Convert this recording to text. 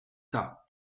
tas